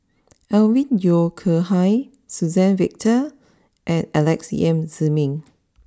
Alvin Yeo Khirn Hai Suzann Victor and Alex Yam Ziming